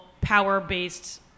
power-based